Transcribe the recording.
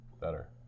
Better